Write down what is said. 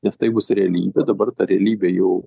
nes tai bus realybė dabar ta realybė jau